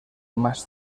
más